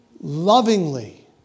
Lovingly